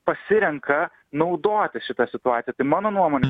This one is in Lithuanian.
pasirenka naudoti šitą situaciją tai mano nuomone